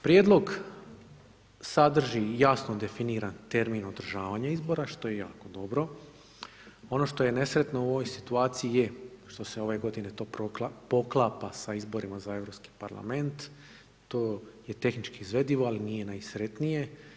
Prijedlog sadrži i jasno definira termin održavanja izbora što je jako dobro, ono što je nesretno u ovoj situaciji je što se ovo godine to poklapa sa izborima za Europski parlament, to je tehnički izvedivo ali nije najsretnije.